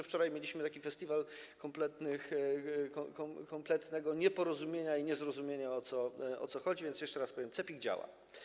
Wczoraj mieliśmy taki festiwal kompletnego nieporozumienia i niezrozumienia o co chodzi, więc jeszcze raz powiem: CEPiK działa.